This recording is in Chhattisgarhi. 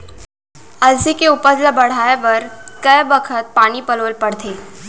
अलसी के उपज ला बढ़ए बर कय बखत पानी पलोय ल पड़थे?